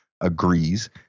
agrees